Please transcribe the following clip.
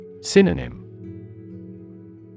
Synonym